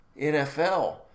NFL